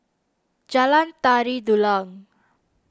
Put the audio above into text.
Jalan Tari Dulang